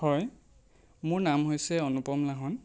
হয় মোৰ নাম হৈছে অনুপম লাহন